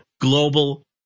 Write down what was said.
global